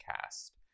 cast